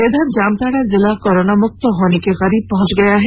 इधर जामताड़ा जिला कोरोना मुक्त होने के करीब पहुंच गया है